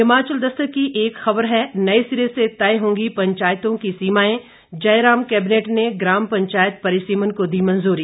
हिमाचल दस्तक की एक खबर है नए सिरे से तय होंगी पंचायतों की सीमाएं जयराम कैबिनेट ने ग्राम पंचायत परिसीमन को दी मंजूरी